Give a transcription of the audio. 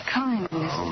kindness